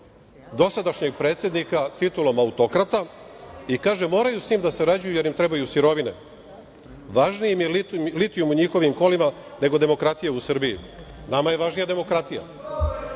dosadašnjeg predsednika titulom autokrata i kaže da moraju sa njim da sarađuju jer im trebaju sirovine. Važniji im je litijum u njihovim kolima, nego demokratija u Srbiji. Nama je važnija demokratija.